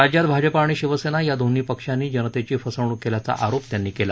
राज्यात भाजपा आणि शिवसेना या दोन्ही पक्षानी जनतेची फसवणुक केल्याचा आरोप त्यांनी केला